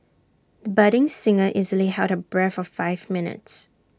the budding singer easily held her breath for five minutes